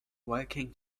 working